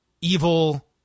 Evil